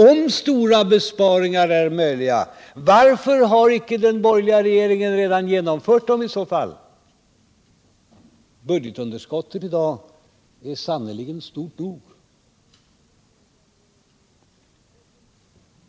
Om stora besparingar är möjliga, varför har den borgerliga regeringen inte redan genomfört dem? Budgetunderskottet i dag är sannerligen stort nog.